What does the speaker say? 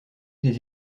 des